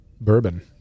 bourbon